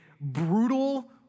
brutal